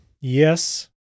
Yes